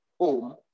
home